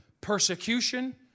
Persecution